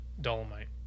Dolomite